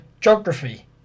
geography